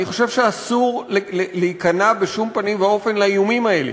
אני חושב שאסור להיכנע בשום פנים ואופן לאיומים האלה.